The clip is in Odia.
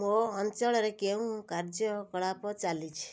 ମୋ ଅଞ୍ଚଳରେ କେଉଁ କାର୍ଯ୍ୟକଳାପ ଚାଲିଛି